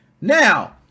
Now